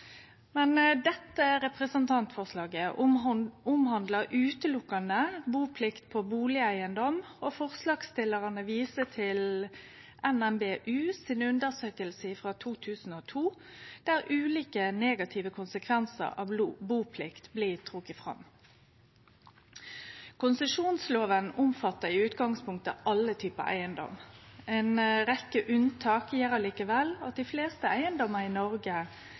Men dette representantforslaget omhandlar utelukkande buplikt på bustadeigedom, og forslagsstillarane viser til NMBUs undersøking frå 2002, der ulike negative konsekvensar av buplikta blir trekte fram. Konsesjonsloven omfattar i utgangspunktet alle typar eigedom. Ei rekkje unntak gjer likevel at dei fleste eigedomar i Noreg